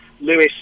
Lewis